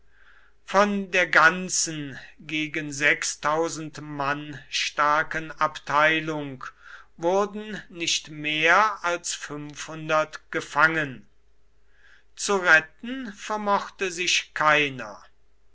von der ganzen gegen mann starken abteilung wurden nicht mehr als gefangen zu retten vermochte sich keiner